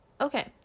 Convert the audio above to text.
Okay